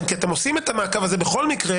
כי אתם עושים את המעקב הזה בכל מקרה